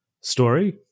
story